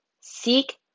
Seek